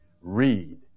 Read